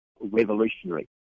revolutionary